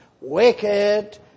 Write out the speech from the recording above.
wicked